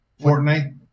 Fortnite